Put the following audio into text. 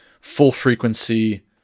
full-frequency